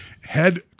Head